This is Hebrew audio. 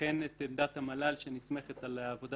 וכן את עמדת המל"ל שנסמכת על עבודה